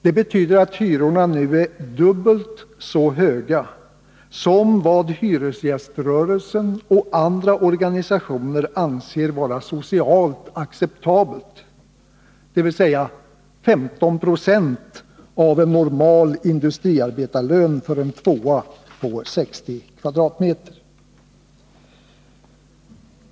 Det betyder att hyrorna nu är dubbelt så höga som vad hyresgäströrelsen och andra organisationer anser vara socialt acceptabelt, dvs. 15 20 av en normal industriarbetarlön för en tvåa på 60 kvadratmeter.